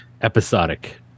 episodic